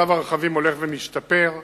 מצב הרכבים הולך ומשתפר,